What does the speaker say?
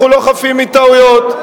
אנחנו לא חפים מטעויות,